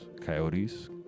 coyotes